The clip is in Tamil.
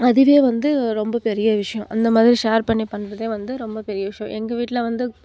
அதுவே வந்து ரொம்ப பெரிய விஷயம் அந்தமாதிரி ஷேர் பண்ணி பண்ணுறது வந்து ரொம்ப பெரிய விஷயம் எங்கள் வீட்டில் வந்து